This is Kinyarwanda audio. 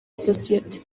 sosiyete